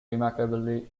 remarkably